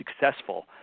successful